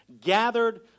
gathered